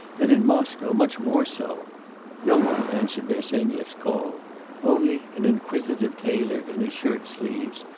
and in moscow much more so no one answered bersenyev's call only an inquisitive tailor, in his shirt sleeves,